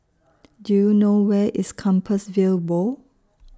Do YOU know Where IS Compassvale Bow